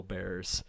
Bears